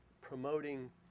promoting